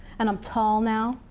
and i'm tall now,